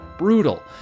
Brutal